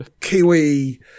Kiwi